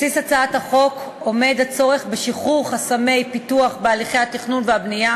בבסיס הצעת החוק עומד הצורך בשחרור חסמי פיתוח בהליכי התכנון והבנייה